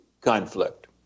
conflict